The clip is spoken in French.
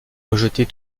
rejeter